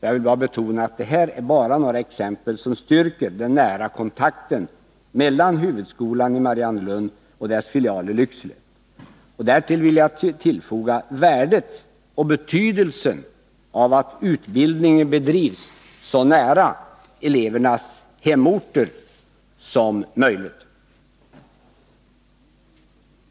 Jag vill betona att detta bara är några exempel på den gemensamma verksamhet som bedrivs och som styrker att det förekommer en nära kontakt mellan huvudskolan i Mariannelund och dess filial i Lycksele. Därtill vill jag peka på värdet och betydelsen av att utbildningen bedrivs så nära elevernas hemorter som möjligt.